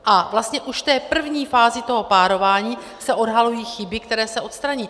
A vlastně už v té první fázi párování se odhalují chyby, které se odstraní.